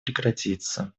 прекратиться